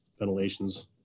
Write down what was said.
ventilations